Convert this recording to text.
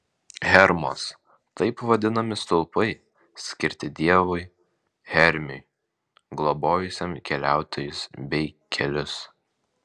hermos taip vadinami stulpai skirti dievui hermiui globojusiam keliautojus bei kelius